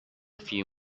few